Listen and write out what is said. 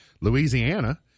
Louisiana